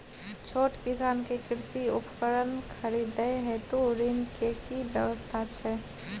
छोट किसान के कृषि उपकरण खरीदय हेतु ऋण के की व्यवस्था छै?